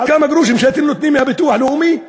על כמה גרושים שאתם נותנים מהביטוח הלאומי,